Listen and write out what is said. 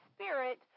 Spirit